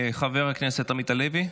חבר הכנסת עמית הלוי,